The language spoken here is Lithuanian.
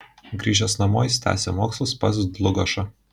grįžęs namo jis tęsė mokslus pas dlugošą